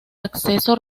acceso